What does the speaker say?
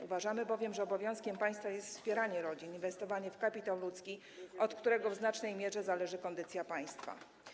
Uważamy, że obowiązkiem państwa jest wspieranie rodzin, inwestowanie w kapitał ludzki, od którego w znacznej mierze zależy kondycja państwa.